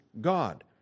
God